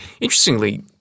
Interestingly